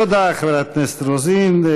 תודה לחברת הכנסת רוזין.